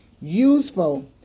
useful